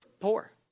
poor